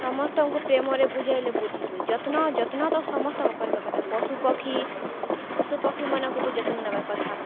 ସମସ୍ତଙ୍କୁ ପ୍ରେମରେ ବୁଝାଇଲେ ବୁଝି ହୁଏ ଯତ୍ନ ଯତ୍ନ ତ ସମସ୍ତଙ୍କୁ କରିବା କଥା ପଶୁ ପକ୍ଷୀ ପଶୁ ପକ୍ଷୀମାନଙ୍କୁ ବି ଯତ୍ନ ନେବା କଥା